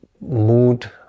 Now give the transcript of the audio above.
mood